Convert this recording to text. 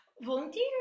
volunteer